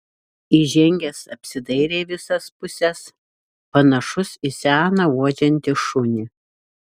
įžengęs apsidairė į visas puses panašus į seną uodžiantį šunį